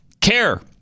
Care